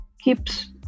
keeps